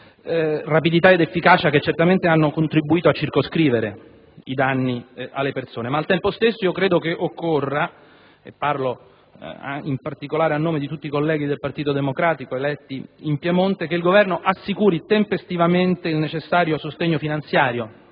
rapidità ed efficacia che certamente hanno contribuito a circoscrivere i danni alle persone. Al tempo stesso, e parlo a nome di tutti i colleghi del Partito Democratico eletti in Piemonte, occorre che il Governo assicuri tempestivamente il necessario sostegno finanziario